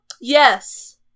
Yes